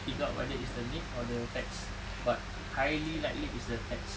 figure out whether it's the meat or the fats but highly likely it's the fats